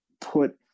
put